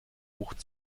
wucht